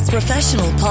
Professional